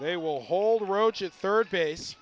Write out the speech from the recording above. they will hold roach at third base